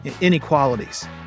Inequalities